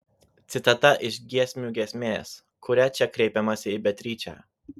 citata iš giesmių giesmės kuria čia kreipiamasi į beatričę